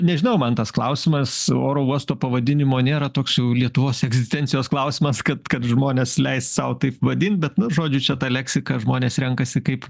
nežinau man tas klausimas oro uosto pavadinimo nėra toks jau lietuvos egzistencijos klausimas kad kad žmones leist sau taip vadint bet žodžiu čia ta leksika žmonės renkasi kaip